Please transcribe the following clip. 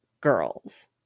girls